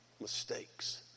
mistakes